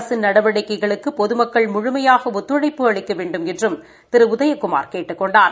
அரசின் நடவடிக்கைகளுக்கு பொதுமக்கள் முழுமையாக ஒத்துழைப்பு அளிக்க வேண்டுமென்றும் திரு உதயகுமார் கேட்டுக் கொண்டார்